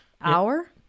hour